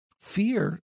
fear